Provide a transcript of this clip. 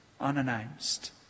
unannounced